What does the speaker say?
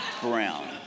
Brown